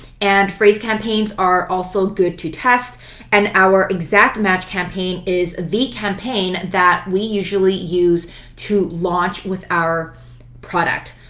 and phrase campaigns are also good to test and our exact match campaign is the campaign that we usually use to launch with our product.